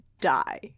die